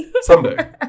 someday